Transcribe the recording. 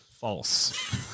False